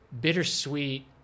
bittersweet